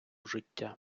життя